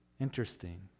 Interesting